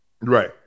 Right